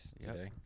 today